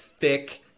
thick